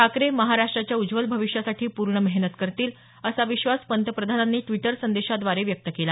ठाकरे महाराष्ट्राच्या उज्वल भविष्यासाठी पूर्ण मेहनत करतील असा विश्वास पंतप्रधानांनी ड्विटर संदेशाद्धारे व्यक्त केला